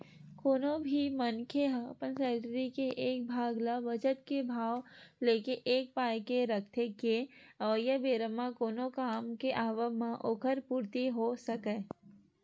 कोनो भी मनखे ह अपन सैलरी के एक भाग ल बचत के भाव लेके ए पाय के रखथे के अवइया बेरा म कोनो काम के आवब म ओखर पूरति होय सकय